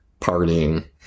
partying